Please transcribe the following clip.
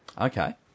Okay